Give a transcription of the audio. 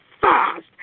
fast